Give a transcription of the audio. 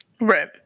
Right